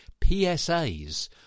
PSAs